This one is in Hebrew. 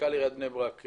מנכ"ל עיריית בני ברק,